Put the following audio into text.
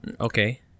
Okay